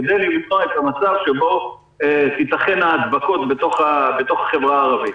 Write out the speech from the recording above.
כדי למנוע את המצב שבו תיתכנה הדבקות בתוך החברה הערבית.